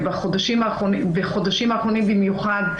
ובחודשים האחרונים במיוחד,